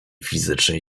fizycznej